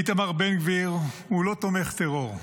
איתמר בן גביר הוא לא תומך טרור,